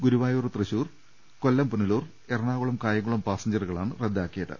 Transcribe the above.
ഗുരു വായൂർ തൃശൂർ കൊല്ലം പുനലൂർ എറണാകുളം കായംകുളം പാസഞ്ചറുകളാണ് റദ്ദാക്കിയത്